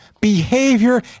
behavior